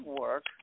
work